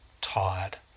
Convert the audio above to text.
tired